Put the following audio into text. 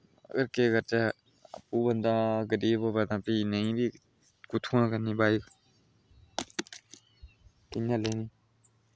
पर केह् करचै ओह् बंदा गड्डियै च बवै तां फ्ही नेईं बी कुत्थुआं करनी बाईक कियां लैनी